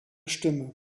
stimme